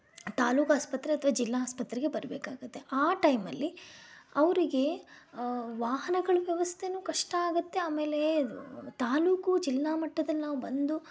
ತಾಲ್ಲೂಕು ಆಸ್ಪತ್ರೆ ಅಥವಾ ಜಿಲ್ಲಾ ಆಸ್ಪತ್ರೆಗೆ ಬರ್ಬೇಕಾಗತ್ತೆ ಆ ಟೈಮಲ್ಲಿ ಅವರಿಗೆ ವಾಹನಗಳ ವ್ಯವಸ್ಥೆನೂ ಕಷ್ಟ ಆಗತ್ತೆ ಆಮೇಲೆ ತಾಲ್ಲೂಕು ಜಿಲ್ಲಾ ಮಟ್ಟದಲ್ಲಿ ನಾವು ಬಂದು